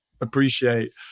appreciate